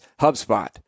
HubSpot